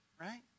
right